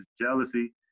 jealousy